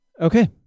Okay